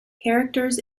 characters